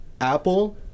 Apple